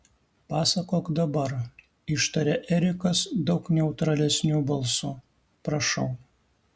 papasakok dabar ištarė erikas daug neutralesniu balsu prašau